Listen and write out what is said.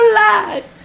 life